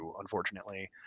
unfortunately